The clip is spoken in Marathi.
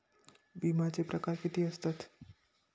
विमाचे प्रकार किती असतत?